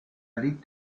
liegt